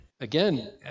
Again